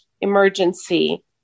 emergency